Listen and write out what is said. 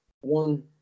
one